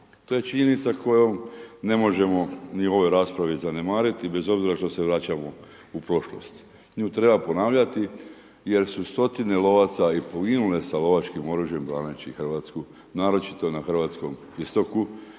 To je činjenica koju ne možemo ni u ovoj raspravi zanemariti, bez obzira što se vraćamo u prošlost. Nju treba ponavljati jer su stotine lovaca i poginule sa lovačkim oružjem braneći Hrvatsku, naročito na hrvatskom istoku